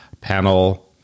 panel